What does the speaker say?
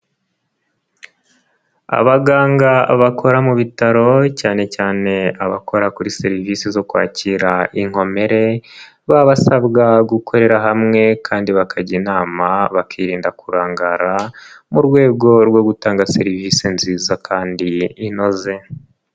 Abaganga bakora mu bitaro cyane cyane abakora kuri serivisi zo kwakira inkomere, baba basabwa gukorera hamwe kandi bakajya inama bakirinda kurangara mu rwego rwo gutanga serivisi nziza kandi inoze.